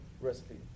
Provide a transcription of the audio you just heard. recipe